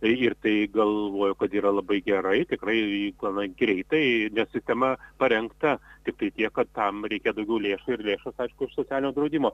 tai ir tai galvoju kad yra labai gerai tikrai gana greitai sistema parengta tiktai tiek kad tam reikia daugiau lėšų ir lėšos aišku iš socialinio draudimo